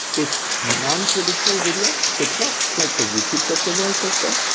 it's nontraditional video. so it's not like the youtube's of the world per se,